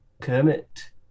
Kermit